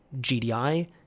gdi